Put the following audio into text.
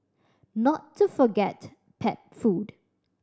not to forget pet food